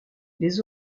les